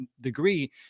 degree